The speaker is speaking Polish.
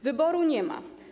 Wyboru nie ma.